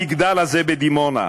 המגדל הזה בדימונה,